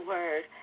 Word